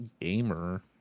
Gamer